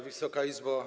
Wysoka Izbo!